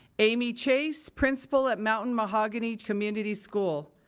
amy chase, principal at mountain mahogany community school.